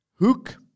Hook